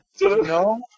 no